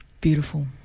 Beautiful